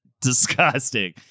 disgusting